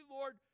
Lord